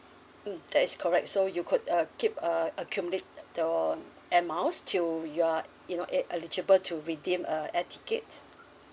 mm that is correct so you could uh keep uh accumulate your air miles until you are you know e~ eligible to redeem uh air tickets